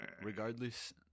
regardless